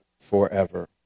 forever